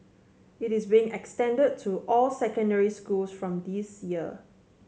it is being extended to all secondary schools from this year